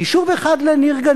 יישוב אחד לנרגנים,